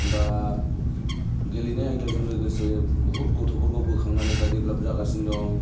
बा गेलेनाय आयदाजों लोगोसे बुहुथ गथ'फोरखौ बोखांनानै दा देभ्लप जागासिनो दं